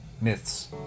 Myths